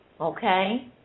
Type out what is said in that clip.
Okay